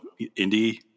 indie